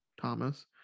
thomas